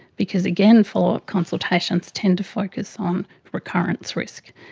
because again, follow-up consultations tend to focus on recurrence risk.